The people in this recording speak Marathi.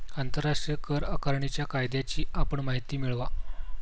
आंतरराष्ट्रीय कर आकारणीच्या कायद्याची आपण माहिती मिळवा